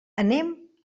anem